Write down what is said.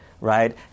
right